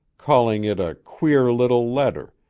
calling it a queer little letter,